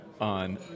on